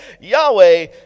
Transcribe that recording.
Yahweh